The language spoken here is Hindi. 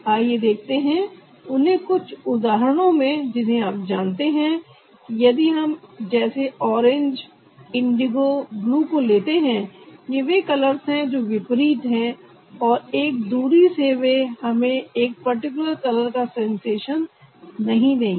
आइए देखते हैं उन्हें कुछ उदाहरणों में जिन्हें आप जानते हैं कि यदि हम जैसे ऑरेंज इंडिगो ब्लू को लेते हैं ये वे कलर्स है जो विपरीत है और एक दूरी से वे हमें एक पर्टिकुलर कलर का सेंसेशन नहीं देंगे